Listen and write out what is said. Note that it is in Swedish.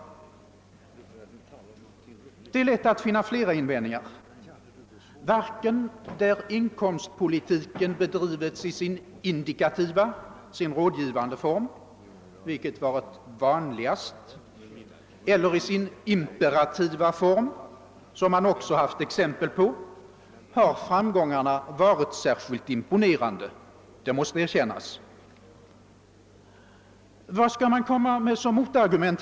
Det är lätt att finna flera invändningar. Varken där inkomstpolitiken bedrivits i sin indikativa, sin rådgivande form, vilket varit vanligast, eller i sin imperativa form, som man också haft exempel på, har framgångarna varit särskilt imponerande — det måste erkännas. Vad skall man här komma med för motargument?